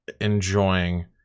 enjoying